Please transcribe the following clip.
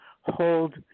hold